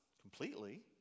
completely